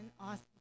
awesome